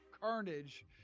carnage